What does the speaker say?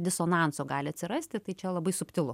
disonanso gali atsirasti tai čia labai subtilu